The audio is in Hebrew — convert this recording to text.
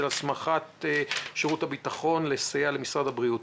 הסמכת שירות הביטחון לסייע למשרד הבריאות: